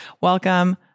welcome